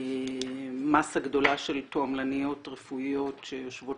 מסה גדולה של תועמלניות רפואיות שיושבות